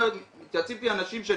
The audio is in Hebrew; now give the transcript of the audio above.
מתייעצים איתי אנשים אם